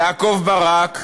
יעקב ברק,